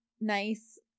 nice